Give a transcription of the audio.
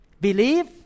Believe